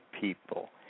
people